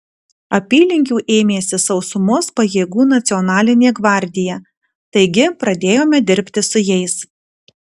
apylinkių ėmėsi sausumos pajėgų nacionalinė gvardija taigi pradėjome dirbti su jais